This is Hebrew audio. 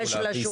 יש לשופט.